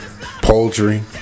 poultry